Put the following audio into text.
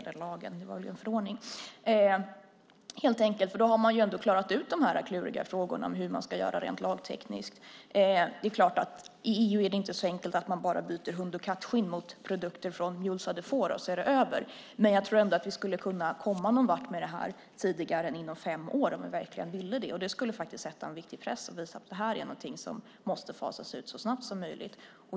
Det var väl förresten inte en lag utan en förordning. Då har man ju ändå klarat ut de kluriga frågorna om hur man ska göra rent lagtekniskt. Det är klart: I EU är det inte så enkelt att man bara byter ut "hund och kattskinn" mot "produkter från 'mulesade' får" och så är det över, men jag tror ändå att vi skulle kunna komma någonvart med det här tidigare än inom fem år om vi verkligen ville det. Det skulle sätta viktig press och visa att det här är någonting som måste fasas ut så snabbt som möjligt.